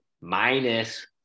minus